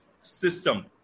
system